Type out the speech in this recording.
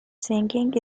signing